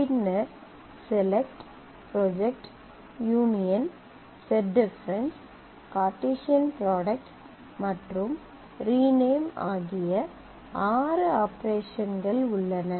பின்னர் select selectσ project projectΠ union unionՍ set difference set difference Cartesian product Cartesian product× மற்றும் rename renameΡ ஆகிய ஆறு ஆபரேஷன்கள் உள்ளன